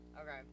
okay